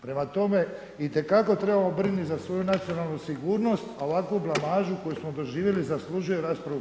Prema tome, itekako trebamo brinut za svoju nacionalnu sigurnost, a ovakvu blamažu koju smo doživjeli, zaslužuje raspravu u HS.